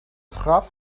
graf